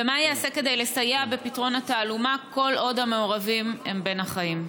2. מה ייעשה כדי לסייע בפתרון התעלומה כל עוד המעורבים הם בין החיים?